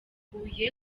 huye